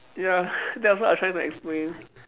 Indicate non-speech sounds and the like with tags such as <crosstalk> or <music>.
ya <breath> that was what I trying to explain